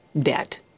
debt